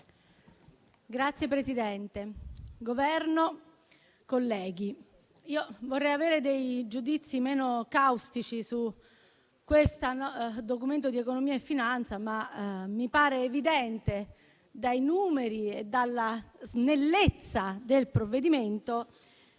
signori del Governo, colleghi, io vorrei avere dei giudizi meno caustici sul Documento di economia e finanza, ma mi pare evidente, dai numeri e dalla snellezza del provvedimento,